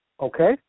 Okay